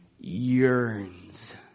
yearns